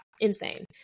insane